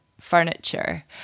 furniture